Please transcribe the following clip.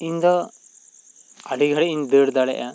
ᱤᱧ ᱫᱚ ᱟᱹᱰᱤ ᱜᱷᱟᱹᱲᱤᱡ ᱤᱧ ᱫᱟᱹᱲ ᱫᱟᱲᱮᱜᱼᱟ